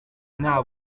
nta